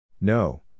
No